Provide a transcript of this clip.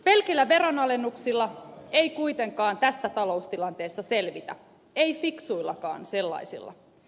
pelkillä veronalennuksilla ei kuitenkaan tässä taloustilanteessa selvitä ei fiksuillakaan sellaisilla